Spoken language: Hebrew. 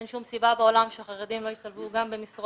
אין שום סיבה בעולם שחרדים לא ישתלבו גם במשרות